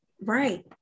right